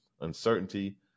uncertainty